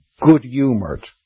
good-humoured